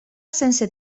sense